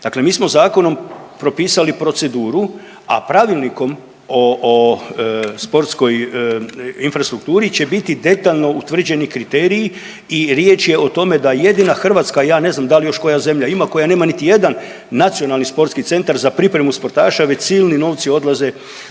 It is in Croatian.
Dakle, mi smo zakonom propisali proceduru, a Pravilnikom o sportskoj infrastrukturi će biti detaljno utvrđeni kriteriji i riječ je o tome da jedina hrvatska, ja ne znam da li još koja zemlja ima koja nema niti jedan Nacionalni sportski centar za pripremu sportaša već silni novci odlaze